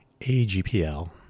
AGPL